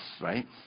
right